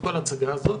כל ההצגה הזאת,